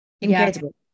incredible